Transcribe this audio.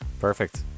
perfect